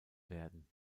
werden